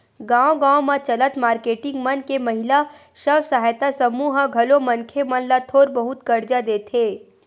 गाँव गाँव म चलत मारकेटिंग मन के महिला स्व सहायता समूह ह घलो मनखे मन ल थोर बहुत करजा देथे